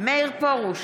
מאיר פרוש,